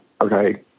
okay